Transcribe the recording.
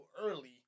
early